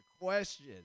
question